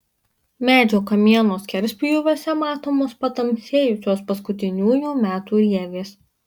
medžio kamieno skerspjūviuose matomos patamsėjusios paskutiniųjų metų rievės